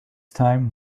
time